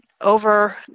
over